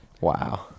wow